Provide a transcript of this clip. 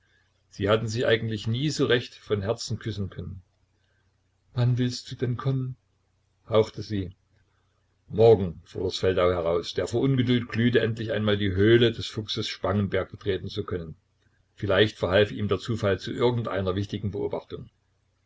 sie hatten sich eigentlich nie so recht von herzen küssen können wann willst du denn kommen hauchte sie morgen fuhr es feldau heraus der vor ungeduld glühte endlich einmal die höhle des fuchses spangenberg betreten zu können vielleicht verhalf ihm der zufall zu irgend einer wichtigen beobachtung